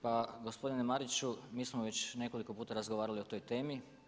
Pa gospodine Mariću mi smo već nekoliko puta razgovarali o toj temi.